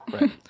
Right